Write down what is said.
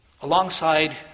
alongside